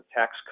tax